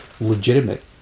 legitimate